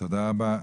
תודה רבה.